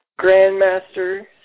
Grandmaster